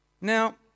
Now